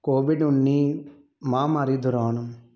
Covid ਉੱਨੀ ਮਹਾਂਮਾਰੀ ਦੌਰਾਨ